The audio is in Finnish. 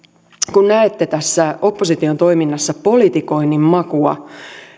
kun näette tässä opposition toiminnassa politikoinnin makua